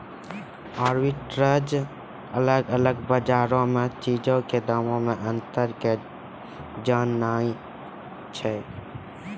arbitrage अलग अलग बजारो मे चीजो के दामो मे अंतरो के जाननाय छै